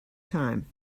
time